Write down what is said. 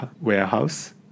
warehouse